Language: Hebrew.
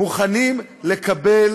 מוכנים לקבל